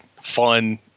fun